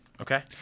Okay